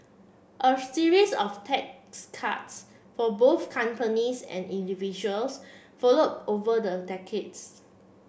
a series of tax cuts for both companies and individuals followed over the decades